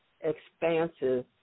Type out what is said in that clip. expansive